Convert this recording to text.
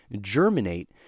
germinate